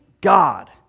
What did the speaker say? God